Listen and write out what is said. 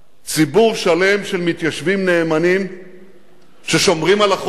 ציבור שלם של מתיישבים נאמנים ששומרים על החוק,